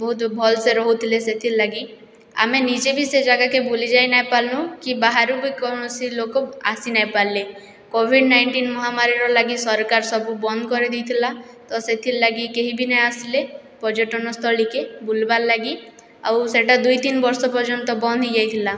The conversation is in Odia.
ବହୁତ ଭଲ୍ ସେ ରହୁଥିଲେ ସେଥିର୍ ଲାଗି ଆମେ ନିଜେ ବି ସେ ଜାଗାକେ ବୁଲିଯାଇ ନାଇଁ ପାରିଲୁ କି ବାହାରୁ ବି କୌଣସି ଲୋକ ଆସି ନେଇଁ ପାରିଲେ କୋଭିଡ଼୍ ନାଇଁଟିନ୍ ମହାମାରୀର ଲାଗି ସରକାର୍ ସବୁ ବନ୍ଦ୍ କରିଦେଇଥିଲା ତ ସେଥିର୍ ଲାଗି କେହି ବି ନେଇଁଆସିଲେ ପର୍ଯ୍ୟଟନସ୍ଥଳୀକେ ବୁଲବାର୍ ଲାଗି ଆଉ ସେଇଟା ଦୁଇତିନିବର୍ଷ ପର୍ଯ୍ୟନ୍ତ ବନ୍ଦ୍ ହେଇଯାଇଥିଲା